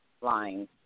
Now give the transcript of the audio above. lines